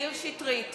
מאיר שטרית,